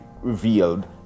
revealed